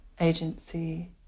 agency